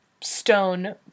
stone